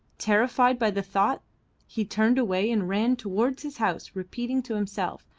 terrified by the thought he turned away and ran towards his house repeating to himself,